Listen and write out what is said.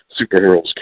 superheroes